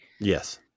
Yes